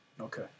Okay